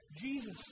Jesus